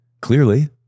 clearly